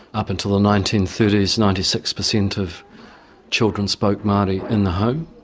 up until the nineteen thirty s, ninety six percent of children spoke maori in the home,